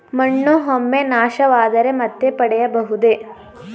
ಮಣ್ಣು ಒಮ್ಮೆ ನಾಶವಾದರೆ ಮತ್ತೆ ಪಡೆಯಬಹುದೇ?